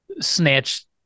snatched